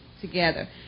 together